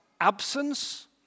absence